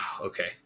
Okay